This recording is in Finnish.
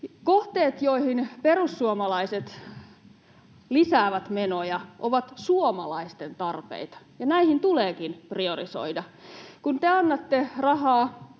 Kohteet, joihin perussuomalaiset lisäävät menoja, ovat suomalaisten tarpeita, ja näitä tuleekin priorisoida. Kun te annatte rahaa